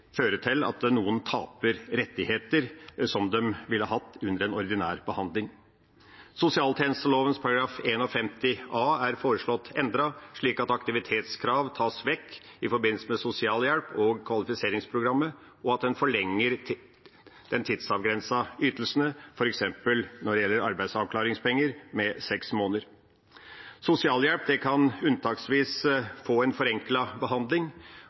til at noen taper rettigheter som de ville hatt under en ordinær behandling. Sosialtjenesteloven § 51 a er foreslått endret, slik at aktivitetskrav tas vekk i forbindelse med sosialhjelp og kvalifiseringsprogrammet, og en forlenger de tidsavgrensede ytelsene, f.eks. når det gjelder arbeidsavklaringspenger, med seks måneder. Sosialhjelp kan unntaksvis få en forenklet behandling,